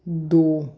दो